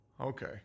Okay